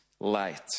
light